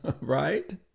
right